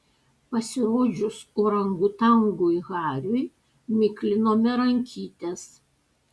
pasirodžius orangutangui hariui miklinome rankytes